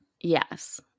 Yes